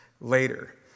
later